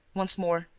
once more,